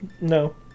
No